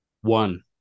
one